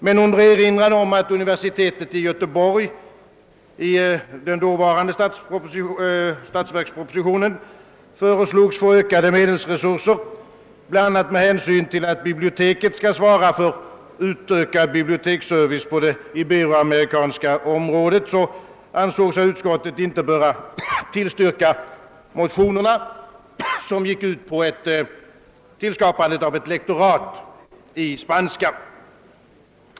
Men med hänvisning till att universitetet i Göteborg i 1969 års statsverksproposition föreslogs få ökad medelstilldelning, bl.a. med hänsyn till att biblioteket skulle svara för utökad biblioteksservice på det ibero-amerikanska området, ansåg sig utskottet inte böra tillstyrka motionerna, vilkas syfte var att tillskapa ett lektorat i spanska.